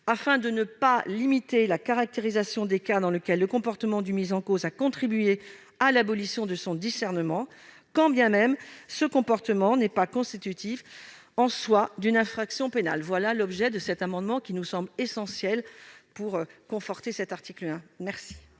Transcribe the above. afin de ne pas limiter la caractérisation des cas dans lequel le comportement du mis en cause a contribué à l'abolition de son discernement, quand bien même ce comportement n'est pas constitutif, en soi, d'une infraction pénale. Tel est l'objet de cet amendement, qui nous semble essentiel pour conforter cet article. Quel